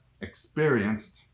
experienced